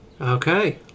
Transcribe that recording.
Okay